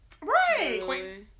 Right